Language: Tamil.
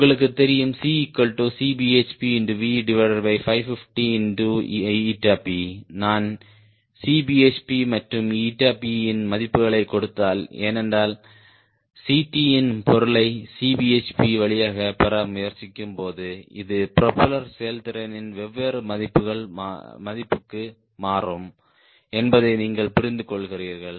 உங்களுக்குத் தெரியும் CCbhpV550P நான் Cbhpமற்றும் P இன் மதிப்புகளைக் கொடுத்தால் ஏனென்றால் Ct இன் பொருளை Cbhp வழியாகப் பெற முயற்சிக்கும்போது இது ப்ரொபெல்லர் செயல்திறனின் வெவ்வேறு மதிப்புக்கு மாறும் என்பதை நீங்கள் புரிந்துகொள்கிறீர்கள்